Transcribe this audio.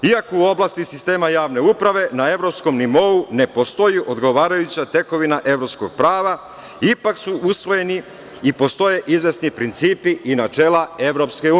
Iako u oblasti sistema javne uprave, na evropskom nivou ne postoji odgovarajuća tekovina evropskog prava, ipak su usvojeni i postoje izvesni principi i načela EU.